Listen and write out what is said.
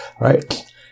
Right